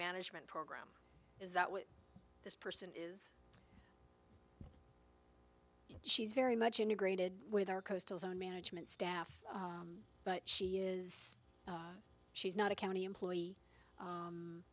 management program is that what this person is she's very much integrated with our coastal zone management staff she is she's not a county employee